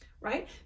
right